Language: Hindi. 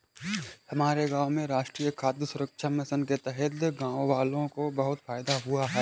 हमारे गांव में राष्ट्रीय खाद्य सुरक्षा मिशन के तहत गांववालों को बहुत फायदा हुआ है